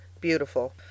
Beautiful